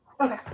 Okay